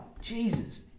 Jesus